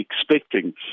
expecting